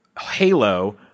halo